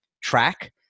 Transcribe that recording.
track